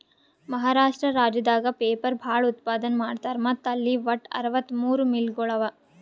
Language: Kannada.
ಮಹಾರಾಷ್ಟ್ರ ರಾಜ್ಯದಾಗ್ ಪೇಪರ್ ಭಾಳ್ ಉತ್ಪಾದನ್ ಮಾಡ್ತರ್ ಮತ್ತ್ ಅಲ್ಲಿ ವಟ್ಟ್ ಅರವತ್ತಮೂರ್ ಮಿಲ್ಗೊಳ್ ಅವಾ